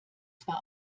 zwar